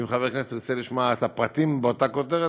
אם חבר הכנסת ירצה לשמוע את הפרטים באותה כותרת,